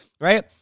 right